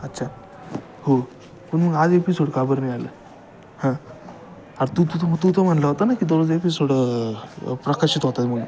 अच्छा हो पण मग आज एपिसोड का बरं नाही आला हां अरे तू तू तर तू तर म्हणाला होता ना की दररोज एपिसोड प्रकाशित होत आहेत म्हणून